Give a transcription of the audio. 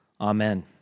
Amen